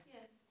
Yes